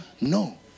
no